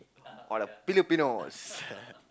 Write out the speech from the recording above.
all the Filipinos